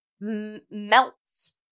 melts